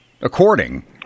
According